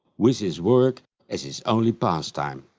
with his work as his only pastime.